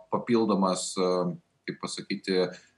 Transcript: papildomas kaip pasakyti vietas ir jų